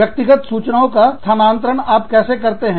व्यक्तिगत सूचनाओं का स्थानांतरण आप कैसे करते हैं